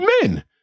men